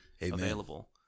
available